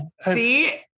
see